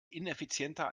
ineffizienter